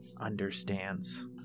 understands